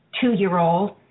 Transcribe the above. two-year-old